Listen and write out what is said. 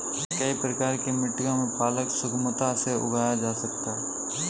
कई प्रकार की मिट्टियों में पालक सुगमता से उगाया जा सकता है